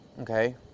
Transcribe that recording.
Okay